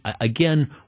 again